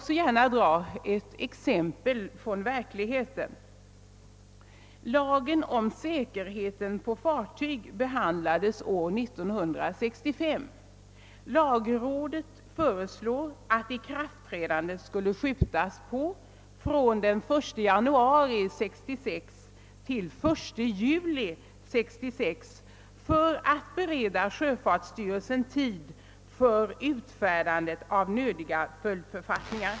Jag skall ta ett exempel från verkligheten. Lagen om säkerhet på fartyg antogs år 1965. Lagrådet föreslog att ikraftträdandet skulle uppskjutas från den 1 januari 1966 till den 1 juli 1966 för att bereda sjöfartsstyrelsen tid att utfärda nödiga följdförfattningar.